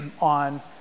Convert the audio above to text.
on